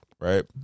right